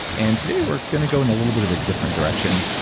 and today we're going to go in a little bit of a different direction,